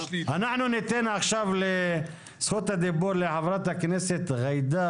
אנחנו ניתן עכשיו את זכות הדיבור לח"כ ג'ידא